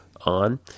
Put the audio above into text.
on